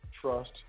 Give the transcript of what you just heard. Trust